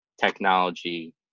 technology